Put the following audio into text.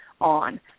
on